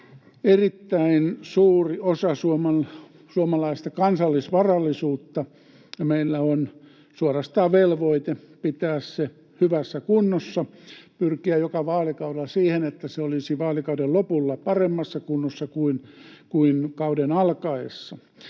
erittäin suuri osa suomalaista kansallisvarallisuutta, ja meillä on suorastaan velvoite pitää se hyvässä kunnossa, pyrkiä joka vaalikaudella siihen, että se olisi vaalikauden lopulla paremmassa kunnossa kuin kauden alkaessa.